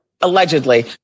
Allegedly